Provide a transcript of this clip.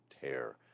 tear